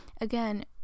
again